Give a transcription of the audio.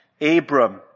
Abram